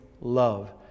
love